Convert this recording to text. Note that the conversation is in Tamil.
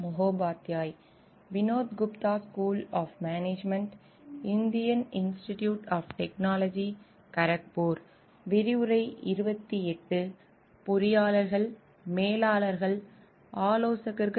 மீண்டும் வரவேற்கிறோம்